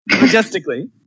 majestically